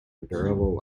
endurable